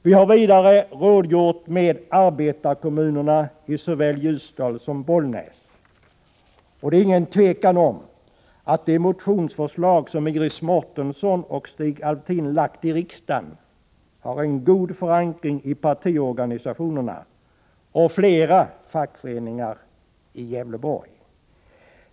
Vi har vidare rådgjort med arbetarkommunerna i såväl Ljusdal som Bollnäs, och det är inget tvivel om att de motionsförslag som Iris Mårtensson och Stig Alftin har lagt fram i riksdagen har en god förankring i partiorganisationerna och flera fackföreningar i Gävleborg.